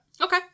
Okay